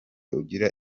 ugira